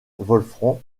wolfram